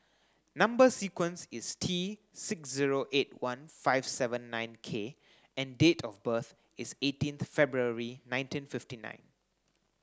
number sequence is T six zero eight one five seven nine K and date of birth is eighteenth February nineteen fifty nine